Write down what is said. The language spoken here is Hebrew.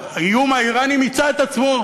האיום האיראני מיצה את עצמו,